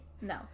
No